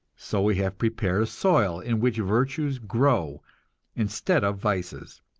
so we have prepared a soil in which virtues grow instead of vices,